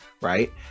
right